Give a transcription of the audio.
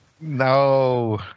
No